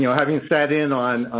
you know having sat in on